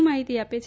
વધુ માહિતી આપે છે